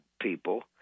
people